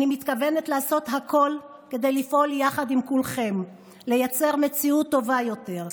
אני מתכוונת לעשות הכול כדי לפעול יחד עם כולכם לייצר מציאות טובה יותר,